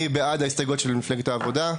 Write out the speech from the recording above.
מי בעד ההסתייגויות של מפלגת העבודה?